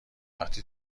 وقتی